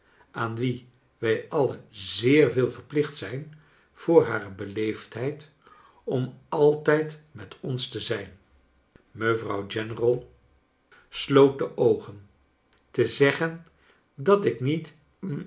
aan wie wij alien zeer veel verplicht zijn voor hare beleefdheid om altijd met ons te zijn mevrouw general sloot de oogen te zeggen dat ik niet